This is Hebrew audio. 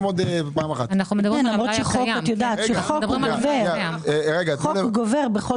אבל חוק גובר, בכל